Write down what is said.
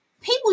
people